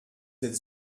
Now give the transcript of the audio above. êtes